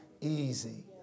easy